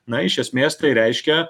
na iš esmės tai reiškia